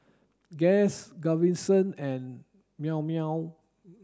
Guess Gaviscon and Llao Llao